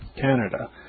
Canada